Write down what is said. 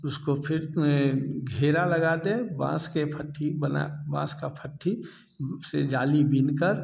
उसको फिर घेरा लगा दें बाँस के फट्टी बना बाँस का फट्टी से जाली बिन कर